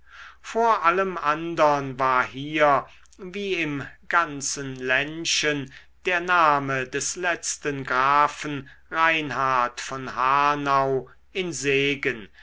vor allem andern war hier wie im ganzen ländchen der name des letzten grafen reinhard von hanau in segen